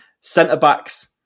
Centre-backs